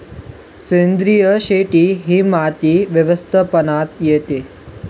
सेंद्रिय शेती ही माती व्यवस्थापनात येते